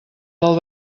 del